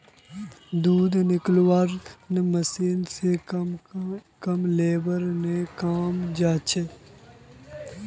दूध निकलौव्वार मशीन स कम लेबर ने काम हैं जाछेक